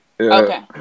Okay